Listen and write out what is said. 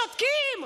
שותקים.